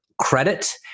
credit